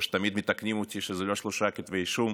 או שתמיד מתקנים אותי שזה לא שלושה כתבי אישום,